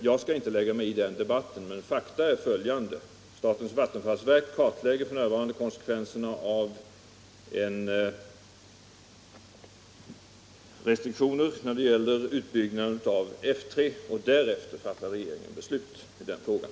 Jag skall inte lägga mig i den debatten, men fakta är följande: Statens vattenfallsverk kartlägger f. n. konsekvenserna av restriktioner när det gäller utbyggnaden av F 3, och därefter fattar regeringen beslut i den frågan.